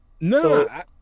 No